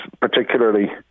particularly